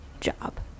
job